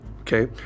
Okay